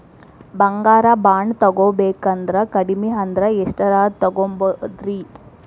ಬಂಗಾರ ಬಾಂಡ್ ತೊಗೋಬೇಕಂದ್ರ ಕಡಮಿ ಅಂದ್ರ ಎಷ್ಟರದ್ ತೊಗೊಬೋದ್ರಿ?